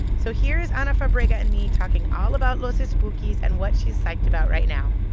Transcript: so here is ana fabrega and me talking all about los espookys and what she's psyched about right now.